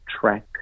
track